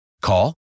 Call